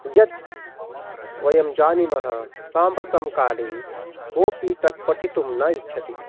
यत् वयं जानीमः साम्प्रतं काले कोपि तत् पठितुं न इच्छति